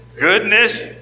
goodness